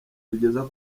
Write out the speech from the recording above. bigeza